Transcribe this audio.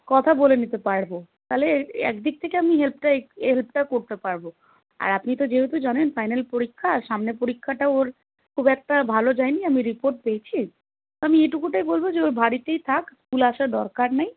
কথা বলে নিতে পারব তাহলে এ এক দিক থেকে আমি হেল্পটা এক এ হেল্পটা করতে পারব আর আপনি তো যেহেতু জানেন ফাইনাল পরীক্ষা সামনে পরীক্ষাটা ওর খুব একটা ভালো যায়নি আমি রিপোর্ট পেয়েছি আমি এইটুকুটাই বলব যে ও বাড়িতেই থাক স্কুল আসার দরকার নেই